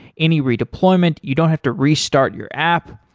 any redeployment, you don't have to restart your app.